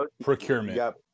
procurement